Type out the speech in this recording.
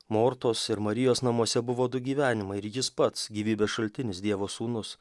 mortos ir marijos namuose buvo du gyvenimai ir jis pats gyvybės šaltinis dievo sūnus